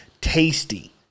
Tasty